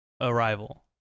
Arrival